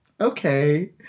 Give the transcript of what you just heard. okay